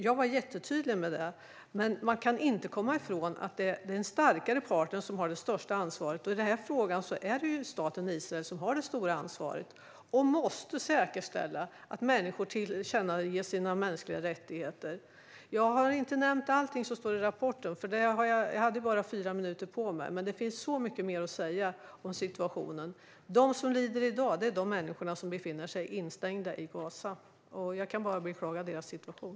Jag var jättetydlig med det. Men man kan inte komma ifrån att det är den starkare parten som har det största ansvaret. Och i denna fråga är det staten Israel som har det stora ansvaret och måste säkerställa att människor ges sina mänskliga rättigheter. Jag har inte nämnt allt som står i rapporten, eftersom jag bara hade fyra minuter på mig. Men det finns så mycket mer att säga om situationen. De som lider i dag är de människor som är instängda i Gaza. Jag kan bara beklaga deras situation.